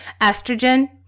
estrogen